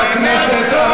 אני רואה מצד,